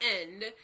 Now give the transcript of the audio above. end